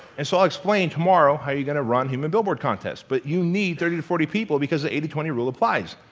and so i'll explain tomorrow how you are gonna run human billboard contests. but you need thirty to forty people because the eighty twenty rule applies.